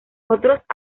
otros